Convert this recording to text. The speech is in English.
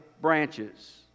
branches